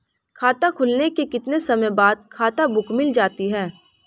खाता खुलने के कितने समय बाद खाता बुक मिल जाती है?